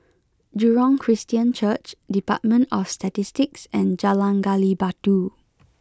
Jurong Christian Church Department of Statistics and Jalan Gali Batu